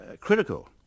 critical